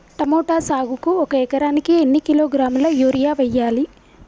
Tomato సాగుకు ఒక ఎకరానికి ఎన్ని కిలోగ్రాముల యూరియా వెయ్యాలి?